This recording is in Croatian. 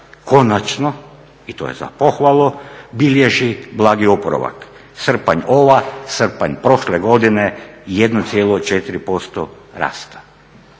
konačno, i to je za pohvalu, bilježi blagi oporavak. Srpanj ovaj, srpanj prošle godine 1,4% rasta.